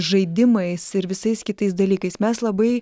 žaidimais ir visais kitais dalykais mes labai